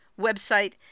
website